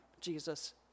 Jesus